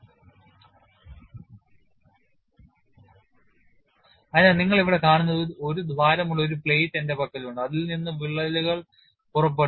Hole as a Crack Arrester അതിനാൽ നിങ്ങൾ ഇവിടെ കാണുന്നത് ഒരു ദ്വാരമുള്ള ഒരു പ്ലേറ്റ് എന്റെ പക്കലുണ്ട് അതിൽ നിന്ന് വിള്ളലുകൾ പുറപ്പെടുന്നു